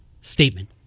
statement